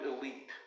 elite